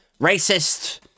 racist